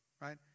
right